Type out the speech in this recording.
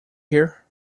here